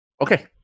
Okay